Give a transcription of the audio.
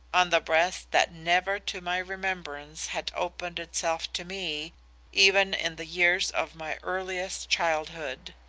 on the breast that never to my remembrance had opened itself to me even in the years of my earliest childhood.